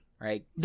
right